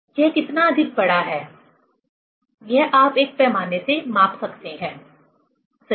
यह कितना अधिक बढ़ा है यह आप एक पैमाने से माप सकते हैं सही